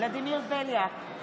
ולדימיר בליאק,